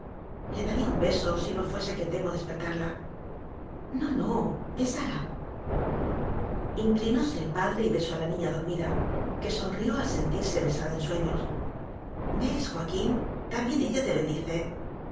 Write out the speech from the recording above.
le daría un beso si no fuese que temo despertarla no no bésala inclinóse el padre y besó a la niña dor mida que sonrió al sentirse besada en sueños ves joaquín también ella te bendice